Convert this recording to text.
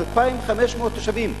2,500 תושבים,